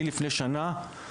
אני בתפקיד שנתיים,